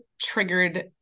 triggered